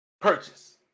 purchase